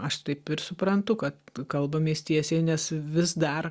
aš taip ir suprantu kad kalbamės tiesiai nes vis dar